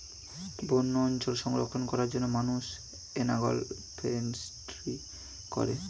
বন্য অঞ্চল সংরক্ষণ করার জন্য মানুষ এনালগ ফরেস্ট্রি করে